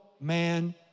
man